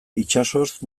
itsasoz